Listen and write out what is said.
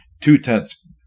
two-tenths